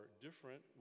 different